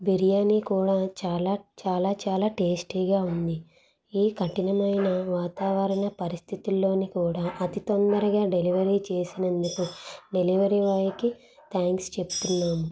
బిర్యానీ కూడా చాలా చాలా చాలా టేస్టీగా ఉంది ఈ కఠినమైన వాతావరణ పరిస్థితుల్లో కూడా అతి తొందరగా డెలివరీ చేసినందుకు డెలివరీ బాయ్కి థాంక్స్ చెప్తున్నాను